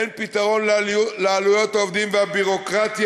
אין פתרון לעלויות העובדים ולביורוקרטיה